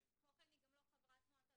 כמו כן, היא גם לא חברת מועצה.